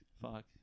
Fuck